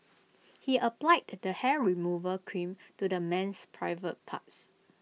he applied the hair removal cream to the man's private parts